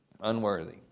Unworthy